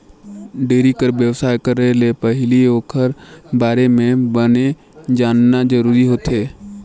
dairy कर बेवसाय करे ले पहिली ओखर बारे म बने जानना जरूरी होथे